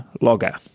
Logger